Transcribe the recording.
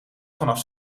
vanaf